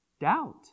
Doubt